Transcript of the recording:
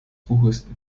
buches